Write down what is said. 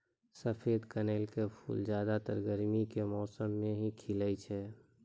सफेद कनेल के फूल ज्यादातर गर्मी के मौसम मॅ ही खिलै छै